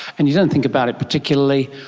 and you don't think about it particularly.